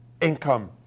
income